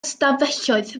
ystafelloedd